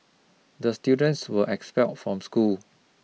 the students were expelled from school